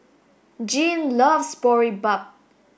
Jeanne loves Boribap